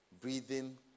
breathing